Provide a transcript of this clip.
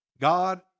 God